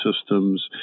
systems